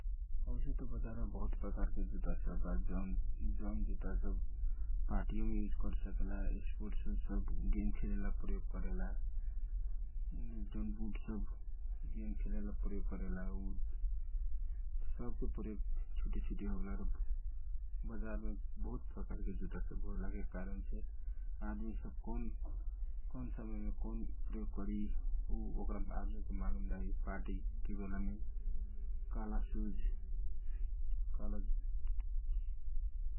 औसे त बाजारमे बहुत प्रकार के जुता सब बा जौन जुता सब पार्टीयो मे युज कर सकेला स्पोर्ट सुजसब गेम खेलोला प्रयोग करेला जौन बुट सब गेम खेले ला प्रयोग करेला सब के प्रयोग छुटे छुटे होवेला बजारमे बहुत प्रकारके जुता सब होएला के कारन से आदमी सब कौन समयमे कौन प्रयोग करी उसब के थाह होवेला जैसे की पार्टी मे काला सुज प्रयोग कयल जाला ।